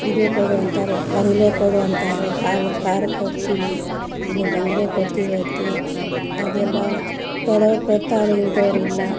ಇದು ಕೊಡು ಅಂತಾರೆ ಬಂಗಲೆ ಕೊಡು ಅಂತಾರೆ ಕಾರು ಕೊಡ್ತೀವಿ ಇಲ್ಲಿ ಬಂಗಲೆ ಕೊಡ್ತೀವಿ ಅದಕ್ಕೆ ಅದೆಲ್ಲ ಕೊಡೋವ್ರು ಕೊಡ್ತಾರೆ ಇಲ್ದವ್ರಿಲ್ಲ